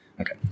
Okay